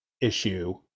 issue